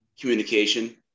communication